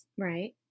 Right